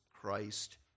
Christ